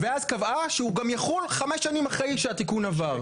ואז קבעה שהוא גם יחול חמש שנים אחרי שהתיקון עבר.